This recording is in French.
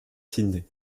sidney